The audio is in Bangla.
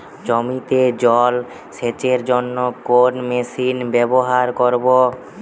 জমিতে জল সেচের জন্য কোন মেশিন ব্যবহার করব?